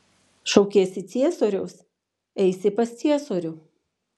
šaukiesi ciesoriaus eisi pas ciesorių